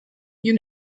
you